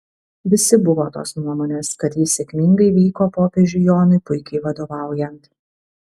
visi buvo tos nuomonės kad jis sėkmingai vyko popiežiui jonui puikiai vadovaujant